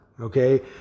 okay